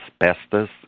asbestos